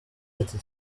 ati